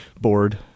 board